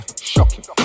Shocking